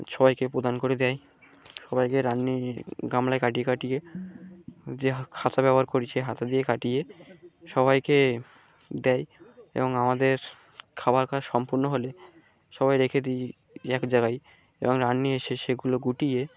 সবাইকে প্রদান করে দেয় সবাইকে রাঁধুনি গামলায় কাটিয়ে কাটিয়ে যে হাতা ব্যবহার করছে হাতা দিয়ে কাটিয়ে সবাইকে দেয় এবং আমাদের খাবার কাজ সম্পূর্ণ হলে সবাই রেখে দিই এক জায়গায় এবং রাঁধুনি এসে সেগুলো গুটিয়ে